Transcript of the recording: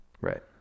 right